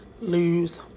lose